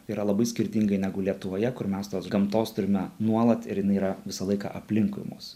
tai yra labai skirtingai negu lietuvoje kur mes tos gamtos turime nuolat ir jinai yra visą laiką aplinkui mus